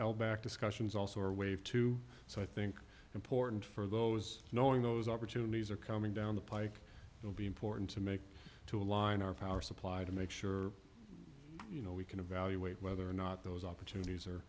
l back discussions also are waived to so i think important for those knowing those opportunities are coming down the pike will be important to make to align our power supply to make sure you know we can evaluate whether or not those opportunities are